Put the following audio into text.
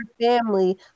family